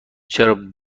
چرا